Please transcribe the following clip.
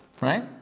Right